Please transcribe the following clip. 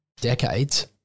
decades